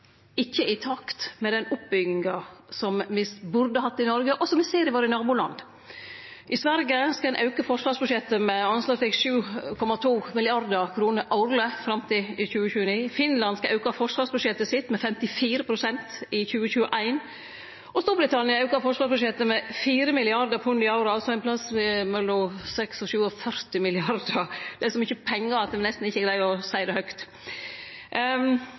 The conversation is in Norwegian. ikkje er i takt med den oppbygginga me burde hatt i Noreg, og som me ser i våre naboland. I Sverige skal ein auke forsvarsbudsjettet med anslagsvis 7,2 mrd. kr årleg fram til 2029, Finland skal auke forsvarsbudsjettet sitt med 54 pst. i 2021, og Storbritannia aukar forsvarsbudsjettet med 4 mrd. pund i året, altså ein plass mellom 46 og 47 mrd. kr. Det er så mykje pengar at ein nesten ikkje greier å seie det høgt.